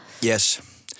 Yes